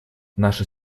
наши